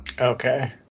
okay